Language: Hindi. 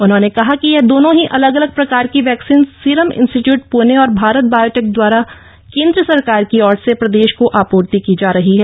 उन्होंने कहा कि यह दोनों ही अलग अलग प्रकार की वैक्सीन सीरम इन्सटीट्यूट पूने और भारत बायोटेक द्वारा केन्द्र सरकार की ओर से प्रदेश को आपूर्ति की जा रही है